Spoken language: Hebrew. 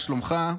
מה שלומך?